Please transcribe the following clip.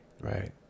Right